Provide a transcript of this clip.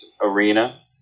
arena